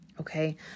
Okay